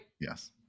yes